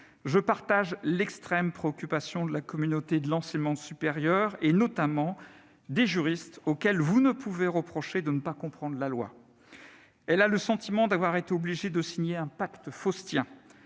Je partage l'extrême préoccupation de la communauté de l'enseignement supérieur et de la recherche, notamment des juristes auxquels vous ne pouvez reprocher de ne pas comprendre la loi. Elle a le sentiment d'avoir été obligée de signer un pacte faustien